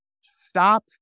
stop